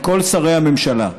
לכל שרי הממשלה: